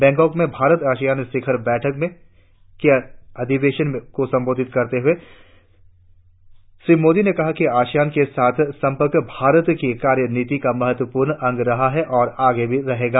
Bangkok में Bharat ASEAN शिखर बैठक के अधिवेशन को संबोधित करते हुए श्री मोदी ने कहा कि आसियान के साथ संपर्क भारत की कार्य नीति का महत्वपूर्ण अंग रहा है और आगे भी रहेगा